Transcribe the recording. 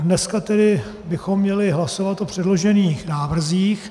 Dneska tedy bychom měli hlasovat o předložených návrzích.